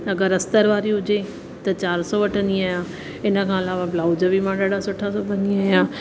अगरि अस्तरु वारी हुजे त चारि सौ वठंदी आहियां इन खां अलावा ब्लाउज बि मां ॾाढा सुठा सिबंदी आहियां